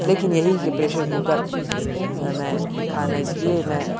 لیکن یہی کہ پریشر کوکر میں کھانا اس لیے میں